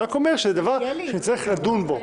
אני רק אומר שזה דבר שצריך לדון בו.